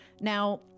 Now